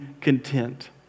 content